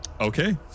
Okay